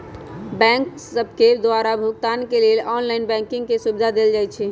bank सभके द्वारा भुगतान के लेल ऑनलाइन बैंकिंग के सुभिधा देल जाइ छै